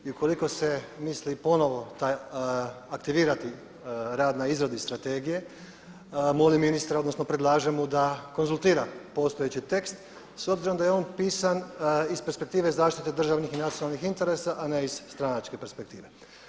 I ukoliko se misli ponovo aktivirati rad na izradi Strategije molim ministra, odnosno predlažem mu da konzultira postojeći tekst s obzirom da je on pisan iz perspektive zaštite državnih i nacionalnih interesa a ne iz stranačke perspektive.